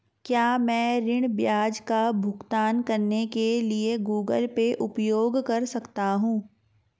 क्या मैं ऋण ब्याज का भुगतान करने के लिए गूगल पे उपयोग कर सकता हूं?